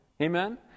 Amen